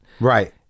right